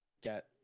get